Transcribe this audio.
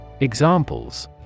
Examples